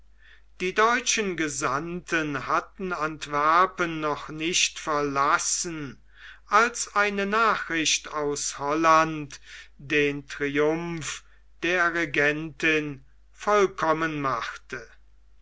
die deutschen gesandten hatten antwerpen noch nicht verlassen als eine nachricht aus holland den triumph der regentin vollkommen machte